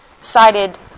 cited